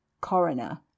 coroner